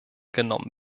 genommen